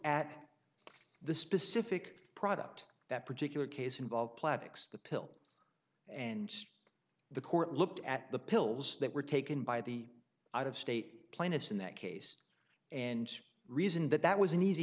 at the specific product that particular case involved plavix the pill and the court looked at the pills that were taken by the out of state plaintiffs in that case and reason that that was an easy